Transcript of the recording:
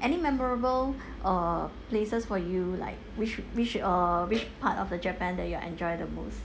any memorable err places for you like which which uh which part of the japan that you enjoy the most